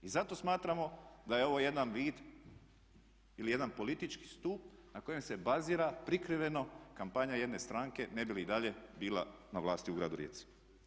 I zato smatramo da je ovo jedan vid ili jedan politički stup na kojem se bazira prikriveno kampanja jedne stranke ne bi li i dalje bila na vlasti u gradu Rijeci.